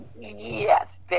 Yes